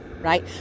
right